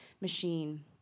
Machine